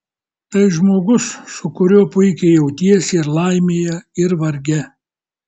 tai žmogus su kuriuo puikiai jautiesi ir laimėje ir varge